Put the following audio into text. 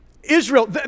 Israel